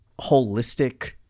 holistic